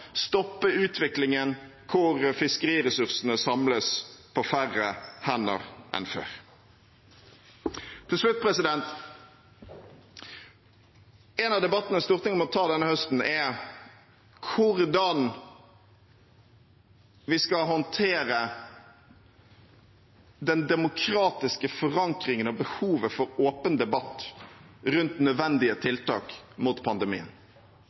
stoppe utviklingen der fiskeriressursene samles på færre hender enn før. Til slutt: En av debattene Stortinget må ta denne høsten, er hvordan vi skal håndtere den demokratiske forankringen og behovet for åpen debatt rundt nødvendige tiltak mot pandemien.